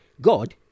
God